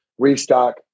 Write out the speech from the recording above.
Restock